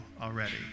already